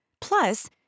Plus